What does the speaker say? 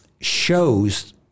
shows